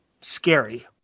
scary